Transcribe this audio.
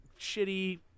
shitty –